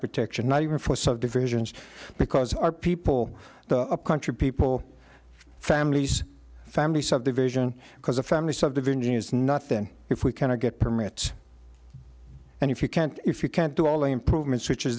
protection not even for subdivisions because our people a country people families family subdivision because a family subdivision is nothing if we cannot get permits and if you can't if you can't do all the improvements which